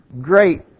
great